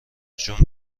جون